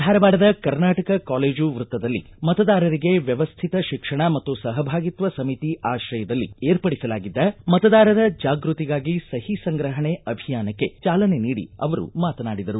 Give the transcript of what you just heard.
ಧಾರವಾಡದ ಕರ್ನಾಟಕ ಕಾಲೇಜು ವೃತ್ತದಲ್ಲಿ ಮತದಾರರಿಗೆ ವೃವ್ಯತ ಶಿಕ್ಷಣ ಮತ್ತು ಸಹಭಾಗಿತ್ವ ಸಮಿತಿ ಆಶ್ರಯದಲ್ಲಿ ಏರ್ಪಡಿಸಲಾಗಿದ್ದ ಮತದಾರರ ಜಾಗೃತಿಗಾಗಿ ಸಹಿ ಸಂಗ್ರಹಣೆ ಅಭಿಯಾನಕ್ಕೆ ಚಾಲನೆ ನೀಡಿ ಅವರು ಮಾತನಾಡಿದರು